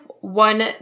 one